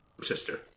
sister